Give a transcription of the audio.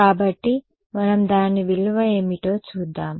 కాబట్టి మనం దాని విలువ ఏమిటో చూద్దాం